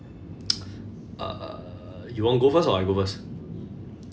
uh you want to go first or I go first